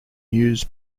news